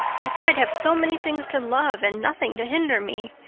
i thought i'd have so many things to love and nothing to hinder me.